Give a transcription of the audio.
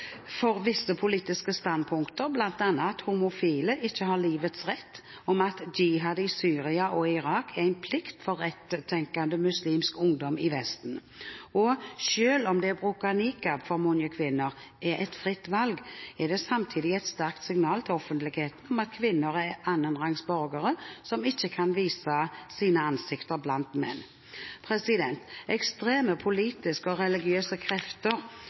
for visse politiske standpunkter, bl.a. at homofile ikke har livets rett, og at jihad i Syria og Irak er en plikt for rettenkende muslimsk ungdom i Vesten. Og selv om det å bruke nikab for mange kvinner er et fritt valg, er det samtidig et sterkt signal til offentligheten om at kvinner er annenrangs borgere, som ikke kan vise ansiktet sitt blant menn. Ekstreme politiske og religiøse krefter